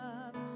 up